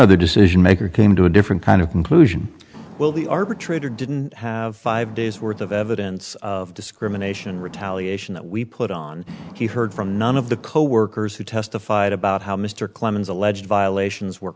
of the decision maker came to a different kind of conclusion well the arbitrator didn't have five days worth of evidence of discrimination retaliation that we put on he heard from none of the coworkers who testified about how mr clemens alleged violations were